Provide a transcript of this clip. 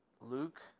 Luke